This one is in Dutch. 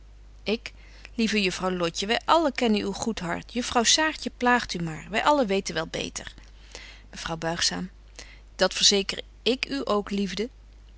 lieve juffrouw lotje wy allen kennen uw goed hart juffrouw saartje plaagt u maar wy allen weten wel beter mevrouw buigzaam dat verzeker ik u ook liefde